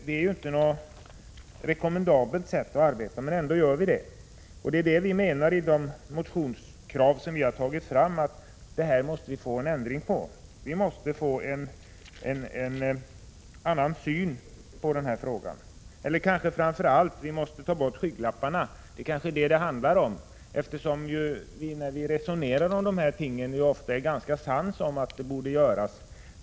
Detta är inte något rekommendabelt sätt att arbeta på, ändå gör vi Vi har i motioner fört fram krav på att det måste bli en ändring på denna 20 november 1986 punkt. Vi måste få en annan syn på saken. Men framför allt måste vi ta bort skygglapparna. Det kanske är detta det handlar om, eftersom vi, när vi resonerar om dessa saker, är ganska överens om att något borde göras.